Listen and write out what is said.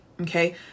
Okay